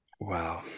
wow